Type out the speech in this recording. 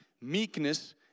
meekness